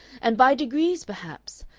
and by degrees, perhaps,